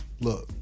Look